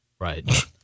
right